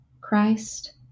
Christ